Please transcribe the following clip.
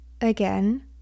again